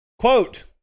Quote